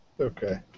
Okay